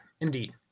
Indeed